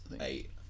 eight